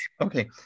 okay